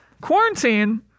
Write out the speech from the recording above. Quarantine